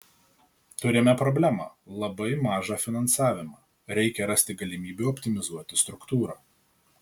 turime problemą labai mažą finansavimą reikia rasti galimybių optimizuoti struktūrą